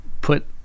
put